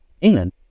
England